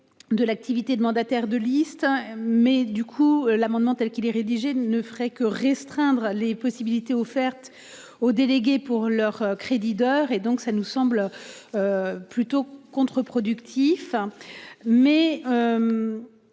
De l'activité de mandataire de listes mais du coup, l'amendement telle qu'il est rédigé ne ferait que restreindre les possibilités offertes aux délégués pour leur crédit d'heures et donc ça nous semble. Plutôt contreproductif. Mais.